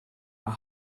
are